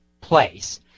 place